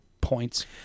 points